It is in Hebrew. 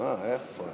אדוני היושב-ראש,